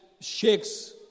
shakes